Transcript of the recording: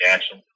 Action